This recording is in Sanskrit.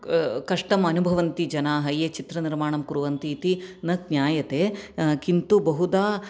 कष्टमनुभवन्ति जनाः ये चित्रनिर्माणं कुर्वन्तीति न ज्ञायते किन्तु बहुधा